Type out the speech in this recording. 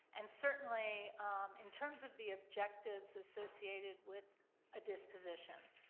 and certainly in terms of the objectives associated with a disposition.